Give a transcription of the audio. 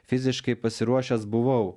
fiziškai pasiruošęs buvau